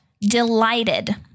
delighted